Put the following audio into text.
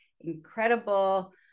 incredible